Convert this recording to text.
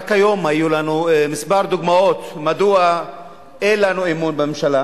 רק היום היו לנו כמה דוגמאות מדוע אין לנו אמון בממשלה